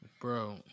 Bro